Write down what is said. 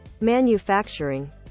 manufacturing